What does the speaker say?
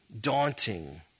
daunting